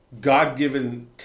God-given